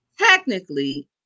Technically